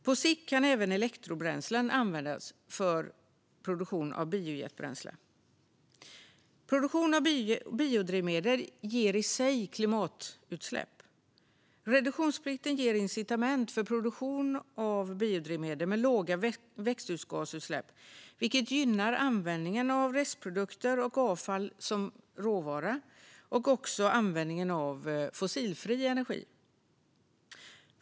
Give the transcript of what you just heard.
På sikt kan även elektrobränslen användas för produktion av biojetbränsle. Produktion av biodrivmedel ger i sig klimatutsläpp. Reduktionsplikten ger incitament för produktion av biodrivmedel med låga växthusgasutsläpp, vilket gynnar användningen av restprodukter och avfall som råvara och också användningen av fossilfri energi.